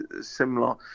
similar